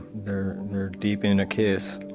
they're deep in a kiss